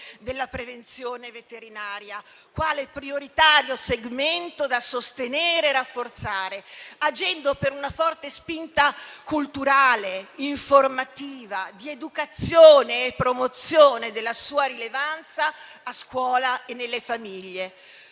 della prevenzione veterinaria, quale prioritario segmento da sostenere e rafforzare, agendo per una forte spinta culturale, informativa, di educazione e promozione della sua rilevanza, a scuola e nelle famiglie.